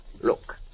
Look